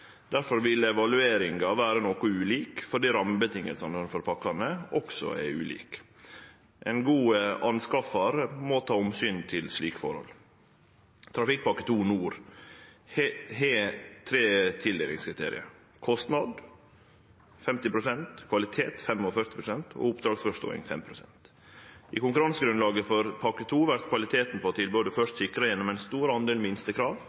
vil evalueringa vere noko ulik, fordi rammevilkåra for pakkene også er ulike. Ein god kjøpar må ta omsyn til slike forhold. Trafikkpakke 2 Nord har tre tildelingskriterium: kostnad 50 pst., kvalitet 45 pst. og oppdragsforståing 5 pst. I konkurransegrunnlaget for pakke 2 vert kvaliteten på tilbodet først sikra gjennom ein stor del minstekrav,